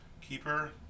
Keeper